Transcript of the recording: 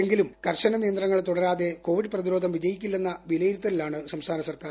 എങ്കിലും കർശന നിയന്ത്രണങ്ങൾ തുടരാതെ കോവിഡ് പ്രതിരോധം വിജയിക്കില്ലെന്ന വിലയിരുത്തലിലാണ് സംസ്ഥാന സർക്കാർ